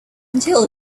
until